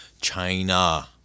China